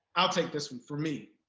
i'll take this one for me.